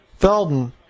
Feldon